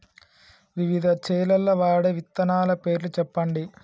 వివిధ చేలల్ల వాడే విత్తనాల పేర్లు చెప్పండి?